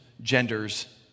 genders